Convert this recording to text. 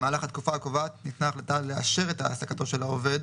במהלך התקופה הקובעת ניתנה החלטה לאשר את העסקתו של העובד